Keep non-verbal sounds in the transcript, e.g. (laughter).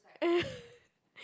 (laughs)